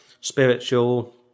spiritual